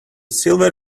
silver